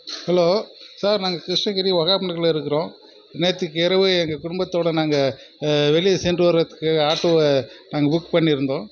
hello sir நாங்க கிருஷ்ணகிரி வகாப் நகரில் இருக்கிறோம் நேத்திக்கு இரவு எங்கள் குடும்பத்தோட நாங்கள் வெளியே சென்று வருவத்துக்கு ஆட்டோவை நாங்கள் புக் பண்ணியிருந்தோம்